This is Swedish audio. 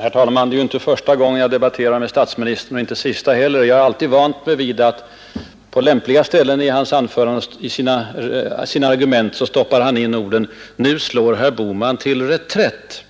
Herr talman! Detta är inte den första gången jag debatterar med statsministern och inte heller den sista, och jag har vant mig vid att han vid lämpliga tillfällen i sin argumentering stoppar in orden: ”Nu slår herr Bohman till reträtt”.